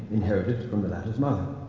inherited from the latter's mother.